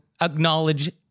acknowledge